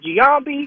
Giambi